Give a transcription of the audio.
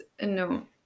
no